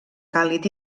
càlid